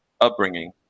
upbringing